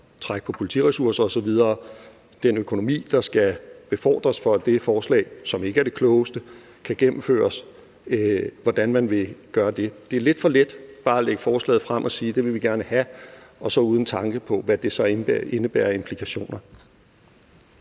træk på politiressourcer og den økonomi, der er nødvendig for, at det forslag – som ikke er det klogeste – kan gennemføres osv. Det er lidt for let bare at fremsætte forslaget og sige, at det vil man gerne have, uden tanke på, hvad det så indebærer af implikationer.